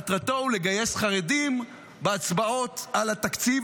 מטרתו היא לגייס חרדים להצבעות על התקציב,